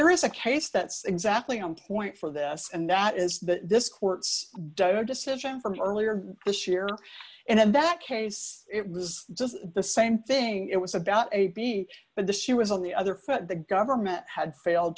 there is a case that's exactly on point for this and that is that this court's decision from earlier this year and in that case it was just the same thing it was about a b but the shoe was on the other foot the government had failed